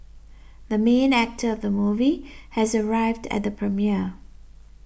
the main actor of the movie has arrived at the premiere